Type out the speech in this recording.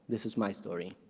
this is my story.